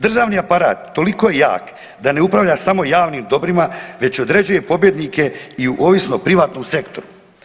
Državni aparat toliko je jak da ne upravlja samo javnim dobrima već određuje pobjednike i u ovisno privatnom sektoru.